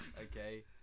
Okay